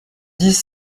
dix